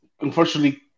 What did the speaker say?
unfortunately